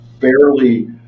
fairly